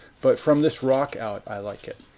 but from this rock outward, i like it.